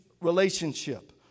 relationship